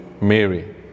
Mary